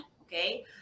Okay